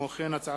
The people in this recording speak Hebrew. תודה.